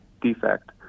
defect